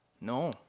No